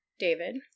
David